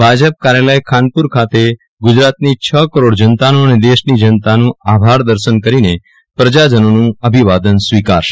ભાજપ કાર્યાલય ખાનપુર ખાતે ગુજરાતની છ કરોડ જનતાનું અને દેશની જનતાનું આભારદર્શન કરીને પ્રજાજનોનું અભિવાદન સ્વીકારશે